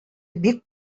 бик